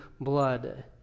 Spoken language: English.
blood